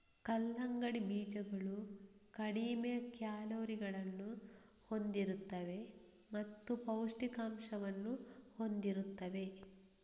ಕಲ್ಲಂಗಡಿ ಬೀಜಗಳು ಕಡಿಮೆ ಕ್ಯಾಲೋರಿಗಳನ್ನು ಹೊಂದಿರುತ್ತವೆ ಮತ್ತು ಪೌಷ್ಠಿಕಾಂಶವನ್ನು ಹೊಂದಿರುತ್ತವೆ